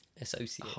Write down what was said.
Associate